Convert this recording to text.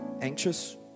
anxious